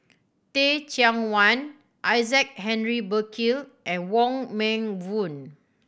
Teh Cheang Wan Isaac Henry Burkill and Wong Meng Voon